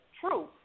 True